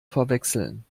verwechseln